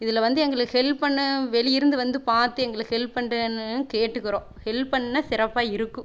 இதில் வந்து எங்களுக்கு ஹெல்ப் பண்ண வெளியிலிருந்து வந்து பார்த்து எங்களுக்கு ஹெல்ப் பண்கிறேன்னு கேட்டுக்கறோம் ஹெல்ப் பண்ணிணா சிறப்பாக இருக்கும்